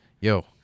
Yo